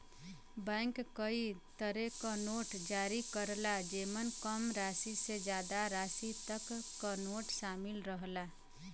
bank कई तरे क नोट जारी करला जेमन कम राशि से जादा राशि तक क नोट शामिल रहला